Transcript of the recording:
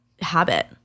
habit